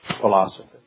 philosophy